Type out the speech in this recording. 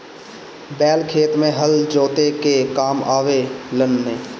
बैल खेत में हल जोते के काम आवे लनअ